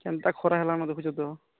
କେନ୍ତା ଖରା ହେଲାନ ଦେଖୁଚ ତ